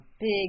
big